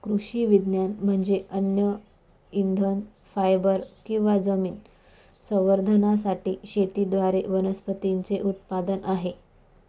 कृषी विज्ञान म्हणजे अन्न इंधन फायबर किंवा जमीन संवर्धनासाठी शेतीद्वारे वनस्पतींचे उत्पादन आहे